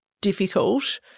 difficult